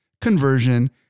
conversion